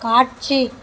காட்சி